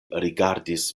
rigardis